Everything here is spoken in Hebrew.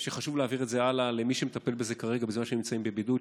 וחשוב להעביר את זה הלאה למי שמטפל בזה כרגע בזמן שנמצאים בבידוד,